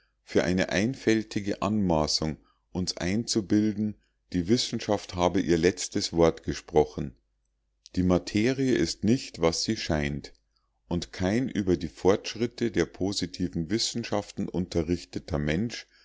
für eine einfältige anmaßung uns einzubilden die wissenschaft habe ihr letztes wort gesprochen die materie ist nicht was sie scheint und kein über die fortschritte der positiven wissenschaften unterrichteter mensch